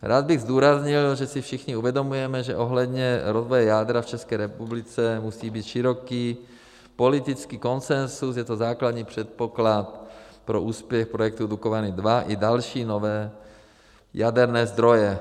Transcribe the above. Rád bych zdůraznil, že si všichni uvědomujeme, že ohledně rozvoje jádra v České republice musí být široký politický konsenzus, je to základní předpoklad pro úspěch projektu Dukovany II i další nové jaderné zdroje.